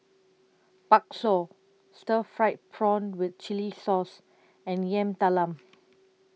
Bakso Stir Fried Prawn with Chili Sauce and Yam Talam